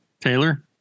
Taylor